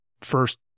first